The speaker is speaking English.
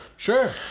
Sure